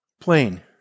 Plain